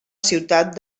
ciutat